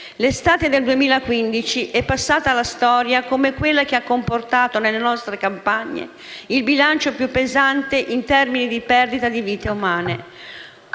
L'estate del 2015 è passata alla storia come quella che ha comportato nelle nostre campagne il bilancio più pesante in termini di perdita di vite umane.